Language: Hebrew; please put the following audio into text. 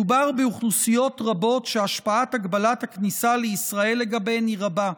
מדובר באוכלוסיות רבות שהשפעת הגבלת הכניסה לישראל עליהן היא רבה: